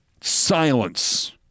Silence